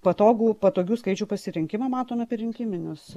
patogų patogių skaičių pasirinkimą matome per rinkiminius